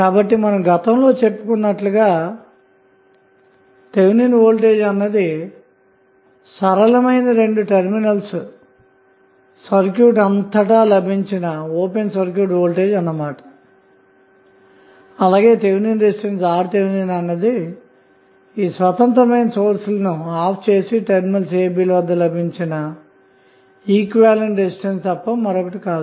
కాబట్టి మనం గతంలో చెప్పుకున్నట్లుగా థెవినిన్ వోల్టేజ్ అన్నది సరళమైన రెండు టెర్మినల్స్ సర్క్యూట్ అంతటా లభించిన ఓపెన్ సర్క్యూట్ వోల్టేజ్ అన్న మాట అలాగే థెవినిన్ రెసిస్టెన్స్ RTh అన్నది స్వతంత్రమైన సోర్స్ లను ఆఫ్ చేసి టెర్మినల్ a b ల వద్ద లభించే ఈక్వివలెంట్ రెసిస్టెన్స్ తప్ప మరొకటి కాదు